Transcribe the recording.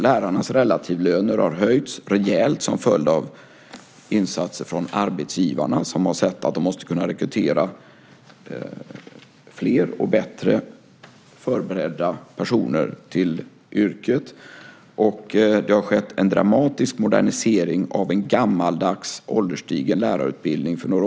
Lärarnas relativlöner har höjts rejält som en följd av insatser från arbetsgivarna som har sett att de måste kunna rekrytera fler och bättre förberedda personer till yrket. Det har också för några år sedan skett en dramatisk modernisering av en gammaldags, ålderstigen, lärarutbildning.